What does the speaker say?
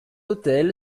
autel